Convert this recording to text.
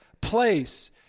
place